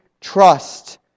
trust